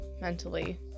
mentally